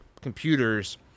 computers